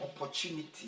opportunity